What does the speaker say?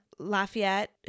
Lafayette